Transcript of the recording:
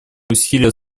усилия